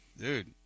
dude